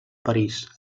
parís